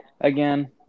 again